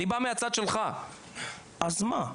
אז מה?